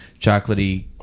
Chocolatey